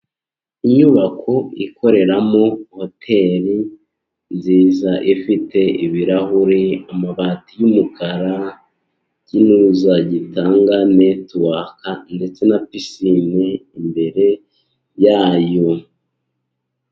Inyubako ikoreramo hoteri nziza. Ifite ibirahuri, amabati y'umukara ikintuza gitanga netiwaka ndetse na pisine imbere yayo.